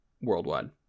worldwide